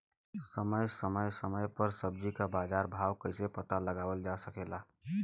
समय समय समय पर सब्जी क बाजार भाव कइसे पता लगावल जा सकेला?